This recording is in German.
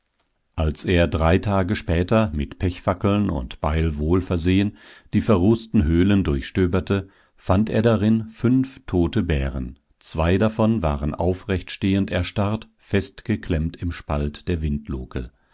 als er drei tage später mit pechfackeln und beil wohlversehen die verrußten höhlen durchstöberte fand er darin fünf tote bären zwei davon waren aufrechtstehend erstarrt festgeklemmt im spalt der windluke